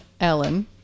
Ellen